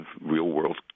real-world